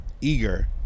eager